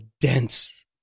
dense